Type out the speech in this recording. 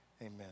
amen